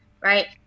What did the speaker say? right